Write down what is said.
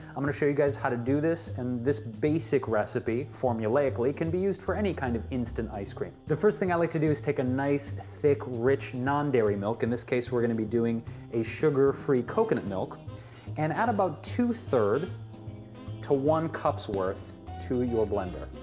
i'm going to show you guys how to do this. and this basic recipe formulaically can be used for any kind of instant ice cream. the first thing i like to do is take a nice, thick, rich non-dairy milk. in this case, we're going to be doing a sugar free coconut milk and add about two-third to one cups worth to your blender.